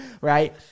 Right